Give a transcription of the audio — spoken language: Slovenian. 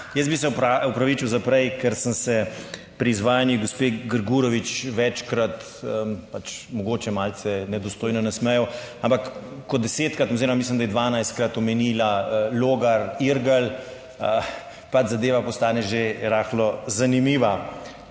Jaz bi se opravičil za prej, ker sem se pri izvajanju gospe Grgurovič večkrat pač mogoče malce nedostojno nasmejal, ampak kot desetkrat oziroma mislim, da je 12-krat omenila Logar, Irgl, pač zadeva postane že rahlo zanimiva.